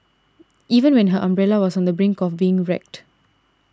even when her umbrella was on the brink of being wrecked